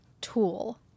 tool